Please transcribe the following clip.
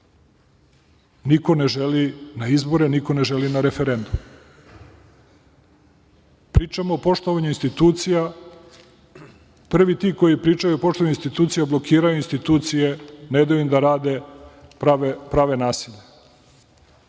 Niko ne želi na izbore, niko ne želi na referendum. Pričamo o poštovanju institucija. Prvi ti koji pričaju o poštovanju institucija blokiraju institucije, ne daju im da rade, prave nasilje.